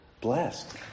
Blessed